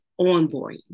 onboarding